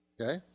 okay